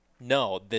No